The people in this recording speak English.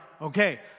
okay